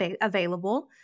available